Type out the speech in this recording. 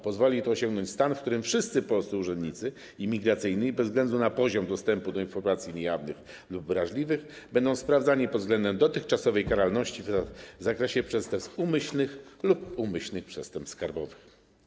Pozwoli to osiągnąć stan, w którym wszyscy polscy urzędnicy imigracyjni bez względu na poziom dostępu do informacji niejawnych lub wrażliwych będą sprawdzani pod względem dotychczasowej karalności w zakresie przestępstw umyślnych lub umyślnych przestępstw skarbowych.